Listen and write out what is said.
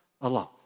alone